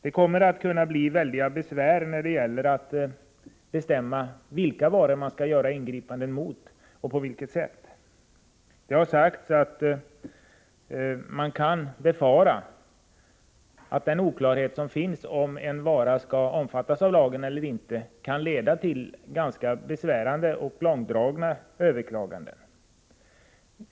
Det kommer att kunna bli stora bekymmer när det skall bestämmas vilka varor som man skall göra ingripanden mot och på vilket sätt detta skall ske. Det har sagts att det kan befaras att den oklarhet som finns om huruvida en vara skall omfattas av lagen eller inte kan leda till ganska besvärande och långdragna överklaganden.